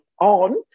on